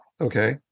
okay